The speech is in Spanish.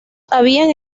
habían